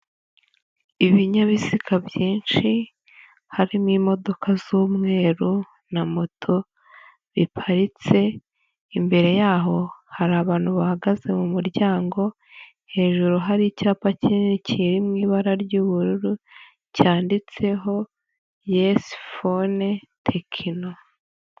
Ibinyabiziga byinshi, harimo imodoka z'umweru na moto biparitse, imbere yaho hari abantu bahagaze mu muryango, hejuru hari icyapa kinini kiri mu ibara ry'ubururu, cyanditseho yesi fone TECNO.